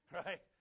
right